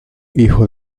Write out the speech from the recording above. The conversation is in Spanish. hijo